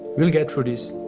we'll get through this,